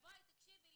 תקשיבי,